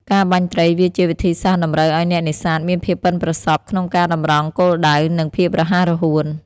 ការបាញ់ត្រី វាជាវិធីសាស្ត្រតម្រូវឲ្យអ្នកនេសាទមានភាពប៉ិនប្រសប់ក្នុងការតម្រង់គោលដៅ និងភាពរហ័សរហួន។